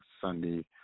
Sunday